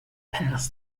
pass